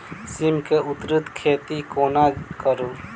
सिम केँ उन्नत खेती कोना करू?